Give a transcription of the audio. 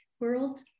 world